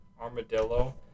Armadillo